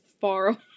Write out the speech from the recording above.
far